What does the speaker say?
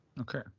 Okay